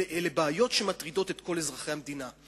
אלה בעיות שמטרידות את כל אזרחי המדינה.